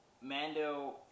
Mando